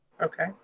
Okay